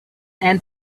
and